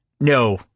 no